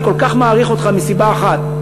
אני כל כך מעריך אותך מסיבה אחת,